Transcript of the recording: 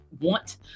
want